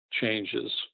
changes